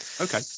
Okay